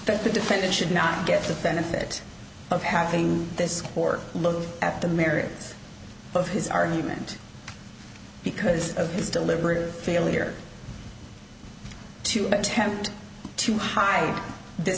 that the defendant should not get the benefit of having this court look at the merits of his argument because of his deliberate failure to attempt to hide th